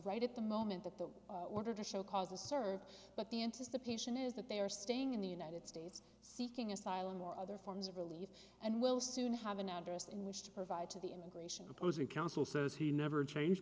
right at the moment that the order to show cause was served but the anticipation is that they are staying in the united states seeking asylum or other forms of relief and will soon have an address in which to provide to the immigration opposing counsel says he never changed